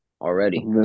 Already